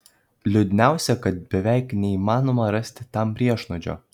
liūdniausia kad beveik neįmanoma rasti tam priešnuodžio